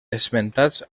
esmentats